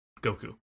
Goku